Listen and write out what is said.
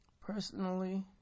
Personally